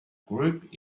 group